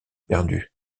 perdu